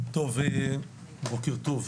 בוקר טוב.